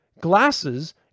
glasses